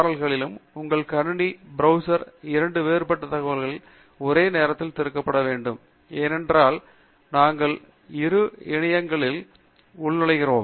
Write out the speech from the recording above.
L கள் உங்கள் கணினி பிரௌசரில் இரண்டு வேறுபட்ட தாவல்களில் ஒரே நேரத்தில் திறக்கப்பட வேண்டும் ஏனென்றால் நாங்கள் இரு இணையதளங்களிலும் உள்நுழைந்திருக்கிறோம்